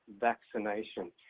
vaccination